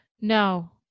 No